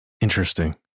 Interesting